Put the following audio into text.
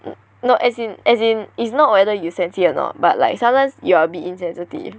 no as in as in it's not whether you sensy or not but like sometimes you're a bit insensitive